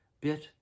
bit